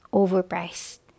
overpriced